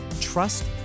trust